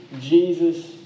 Jesus